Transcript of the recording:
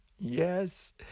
yes